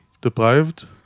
deprived